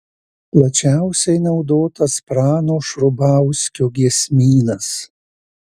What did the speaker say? plačiausiai naudotas prano šrubauskio giesmynas